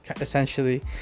essentially